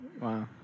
Wow